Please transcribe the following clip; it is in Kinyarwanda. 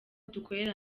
gukorera